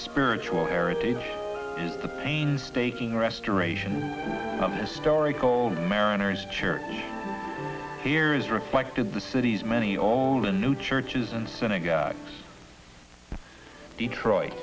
spiritual heritage is the painstaking restoration of a story called mariners church here is reflected the city's many all the new churches and synagogues detroit